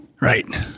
Right